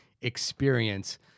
experience